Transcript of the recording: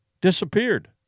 disappeared